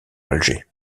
alger